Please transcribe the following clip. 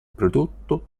prodotto